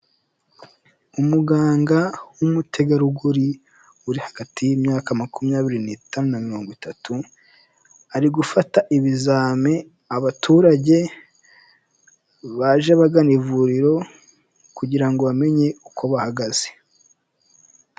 Umuganga w'umutegarugori uri hagati y'imyaka makumyabiri n'itanu na mirongo itatu, ari gufata ibizami abaturage baje bagana ivuriro kugira ngo bamenye uko bahagaze.